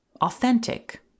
authentic